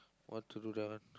what to do that one